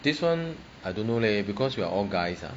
this [one] I don't know leh because we are all guys lah